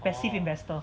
passive investor